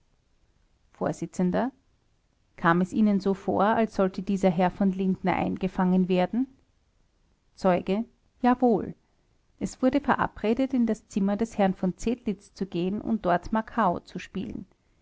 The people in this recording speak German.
vors kam es ihnen so vor als sollte dieser herr v lindner eingefangen werden zeuge jawohl es wurde verabredet in das zimmer des herrn v zedlitz zu gehen und dort makao zu spielen